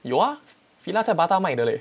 有啊 Fila 在 Bata 买的 leh